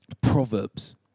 proverbs